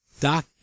Doc